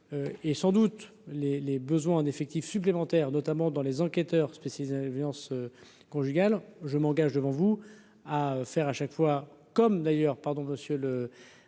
et sans doute les les besoins en effectifs supplémentaires, notamment dans les enquêteurs spécialisés, violences conjugales, je m'engage devant vous à faire à chaque fois, comme d'ailleurs, pardon monsieur le